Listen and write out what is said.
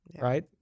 right